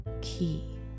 key